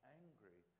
angry